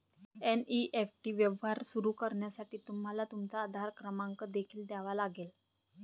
NEFT वर व्यवहार सुरू करण्यासाठी तुम्हाला तुमचा आधार क्रमांक देखील द्यावा लागेल